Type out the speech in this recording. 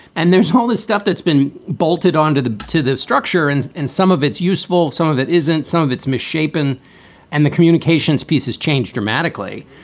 and there's all this stuff that's been bolted onto the to the structure. and in and some of it's useful, some of that isn't. some of it's misshapen and the communications pieces change dramatically.